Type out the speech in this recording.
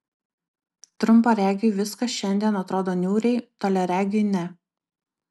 trumparegiui viskas šiandien atrodo niūriai toliaregiui ne